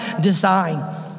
design